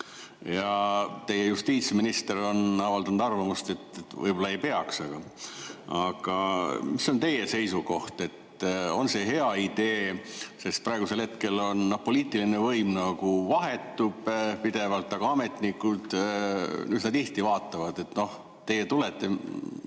Teie justiitsminister on avaldanud arvamust, et võib-olla ei peaks. Aga mis on teie seisukoht? On see hea idee? Praegu poliitiline võim vahetub pidevalt, aga ametnikud üsna tihti vaatavad, et noh, teie tulete,